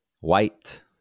White